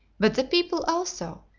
but the people also,